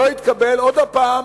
לא התקבל, עוד פעם,